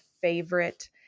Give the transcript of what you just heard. favorite